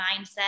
mindset